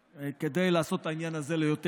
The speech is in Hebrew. כדי לעשות את העניין הזה יותר בהיר.